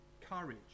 courage